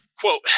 quote